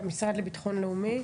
המשרד לביטחון לאומי.